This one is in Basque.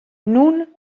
non